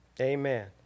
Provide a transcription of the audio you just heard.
Amen